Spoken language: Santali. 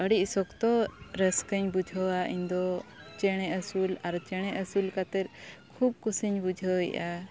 ᱟᱹᱰᱤ ᱥᱚᱠᱛᱚ ᱨᱟᱹᱥᱠᱟᱹᱧ ᱵᱩᱡᱷᱟᱹᱣᱟ ᱤᱧ ᱫᱚ ᱪᱮᱬᱮ ᱟᱹᱥᱩᱞ ᱟᱨ ᱪᱮᱬᱮ ᱟᱹᱥᱩᱞ ᱠᱟᱛᱮ ᱠᱷᱩᱵ ᱠᱩᱥᱤᱧ ᱵᱩᱡᱷᱟᱹᱣᱮᱜᱼᱟ